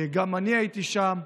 גם אני הייתי שם,